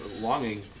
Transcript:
longing